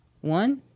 one